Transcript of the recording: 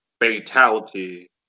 Fatality